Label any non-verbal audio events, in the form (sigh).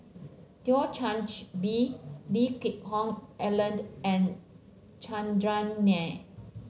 (unintelligible) Change Bee Leeke Geck Hoon Ellen and Chandran Nair